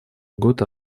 год